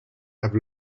have